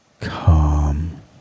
calm